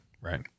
Right